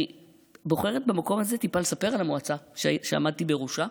אני בוחרת במקום הזה טיפה לספר על המועצה שעמדתי בראשה,